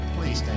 Please